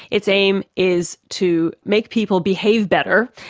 its aim is to make people behave better,